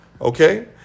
Okay